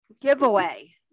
giveaway